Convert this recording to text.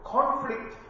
Conflict